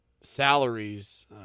salaries